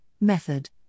method